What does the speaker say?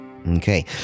Okay